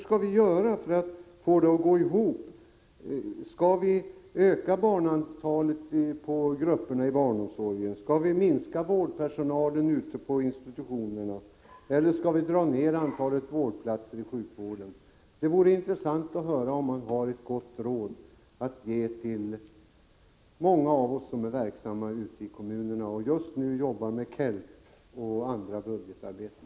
Skall man öka antalet barn inom grupperna i barnomsorgen, minska vårdpersonalen ute på institutionerna, eller dra ned antalet vårdplatser i sjukvården? Det skulle vara intressant att höra om Arne Andersson har ett gott råd att ge till de många av oss som är verksamma ute i kommunerna och just nu arbetar med KELP och andra budgetarbeten.